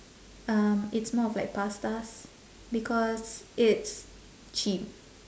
um it's more of like pastas because it's cheap